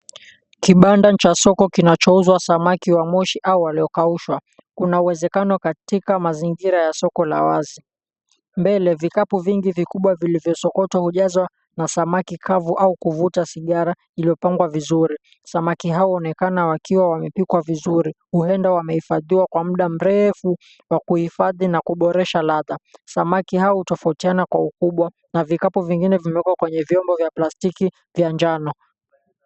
Kibanda cha soko kinachouzwa samaki wa moshi au waliokaushwa, kuna uwezekano katika mazingira ya soko la wazi. Mbele vikapu vingi vikubwa vilivyosokotwa hujazwa na samaki kavu au kuvuta sigara iliyopangwa vizuri. Samaki hao huonekana wakiwa wamepikwa vizuri, huenda wamehifadhiwa kwa muda mrefu wa kuhifadhi na kuboresha ladha. Samaki hao hutofautiana kwa ukubwa na vikapu vingine vimewekwa kwenye vyombo vya plastiki vya njano.